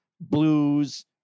blues